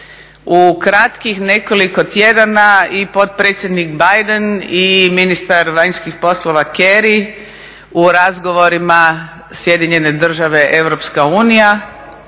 U kratkih nekoliko tjedana i potpredsjednik Biden i ministar vanjskih poslova Kerry u razgovorima SAD – EU,